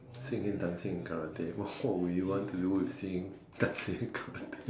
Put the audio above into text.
singing dancing and karate what would you want to do with singing dancing and karate